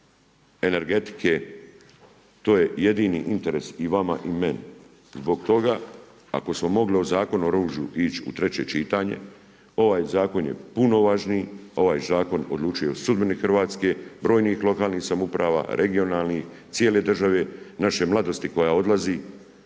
energetike. To je jedini interes i vama i meni. Zbog toga ako smo mogli o Zakonu o oružju ići u treće čitanje ovaj zakon je puno važniji, ovaj zakon odlučuje o sudbini Hrvatske, brojnih lokalnih samouprava, regionalnih, cijele države, naše mladosti koja odlazi